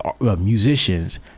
musicians